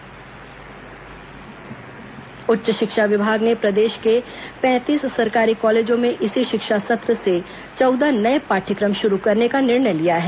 college नये पाठ्यक्रम उच्च शिक्षा विभाग ने प्रदेश के पैंतीस सरकारी कॉलेजों में इसी शिक्षा सत्र से चौदह नये पाठ्यक्रम शुरू करने का निर्णय लिया है